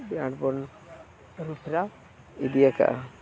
ᱵᱤᱨᱟᱴ ᱵᱚᱱ ᱟᱹᱨᱩ ᱯᱷᱮᱨᱟᱣ ᱤᱫᱤᱭᱟᱠᱟᱜᱼᱟ